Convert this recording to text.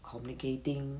communicating